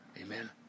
Amen